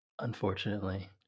unfortunately